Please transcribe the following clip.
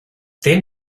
then